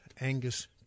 Angus